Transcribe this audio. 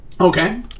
Okay